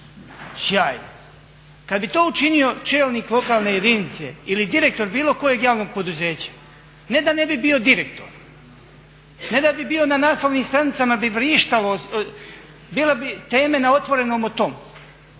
Kad bi to učinio čelnik lokalne jedinice ili direktor bilo kojeg javnog poduzeća ne da ne bi bio direktor, ne da bi bio na naslovnim stranicama bi vrištalo, bile bi teme na Otvorenom o tome,